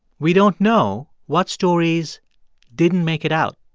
we don't know what stories didn't make it out.